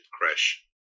crash